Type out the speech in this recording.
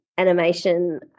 animation